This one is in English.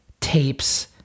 tapes